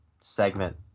segment